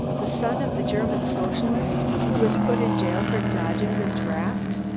the son of the german socialist, who was put in jail for dodging the draft?